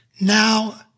now